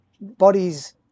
bodies